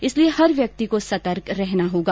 इसलिए हर व्यक्ति को सतर्क रहना होगा